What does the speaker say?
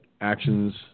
actions